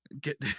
get